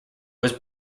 was